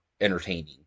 entertaining